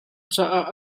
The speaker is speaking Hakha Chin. caah